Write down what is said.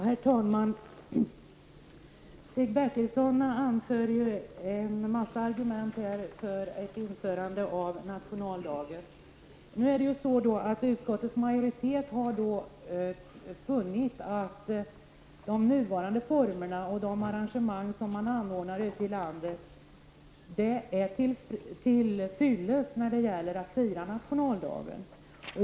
Herr talman! Stig Bertilsson anför en mängd argument för att nationaldagen skall bli helgdag. Men då vill jag framhålla att utskottets majoritet har funnit att de nuvarande formerna och de arrangemang som man har ute i landet är till fyllest när det gäller att fira nationaldagen.